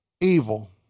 evil